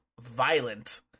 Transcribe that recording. violent